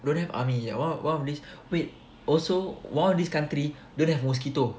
don't have army yeah one one one of this wait also one of this country don't have mosquito